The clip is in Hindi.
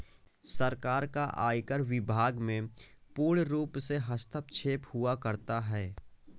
सरकार का आयकर विभाग में पूर्णरूप से हस्तक्षेप हुआ करता है